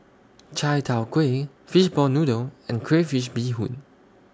Chai Tow Kuay Fishball Noodle and Crayfish Beehoon